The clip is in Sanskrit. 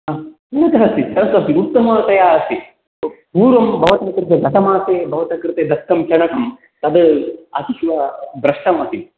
चणकः अस्ति चणकः अस्ति उत्तमतया अस्ति पूर्वं भवतः कृते गतमासे भवतः कृते दत्तं चणकं तद् अतीव भ्रष्टम् आसीत्